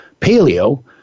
Paleo